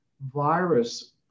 virus